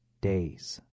days